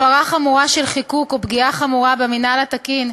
הפרה חמורה של חיקוק או פגיעה חמורה במינהל התקין,